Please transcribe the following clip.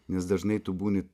nes dažnai tu būni